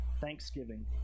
thanksgiving